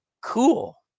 cool